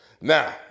Now